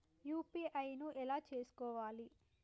UPI ను ఎలా చేస్కోవాలి?